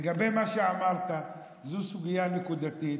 לגבי מה שאמרת, זו סוגיה נקודתית.